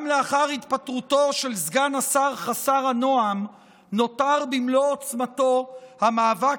גם לאחר התפטרותו של סגן השר חסר הנועם נותר במלוא עוצמתו המאבק